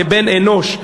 כבן-אנוש,